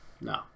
No